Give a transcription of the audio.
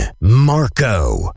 Marco